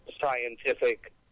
scientific